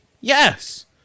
Yes